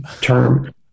Term